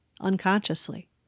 unconsciously